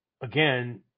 again